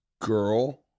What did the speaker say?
girl